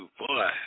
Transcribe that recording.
boy